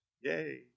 Yay